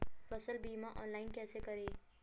फसल बीमा ऑनलाइन कैसे करें?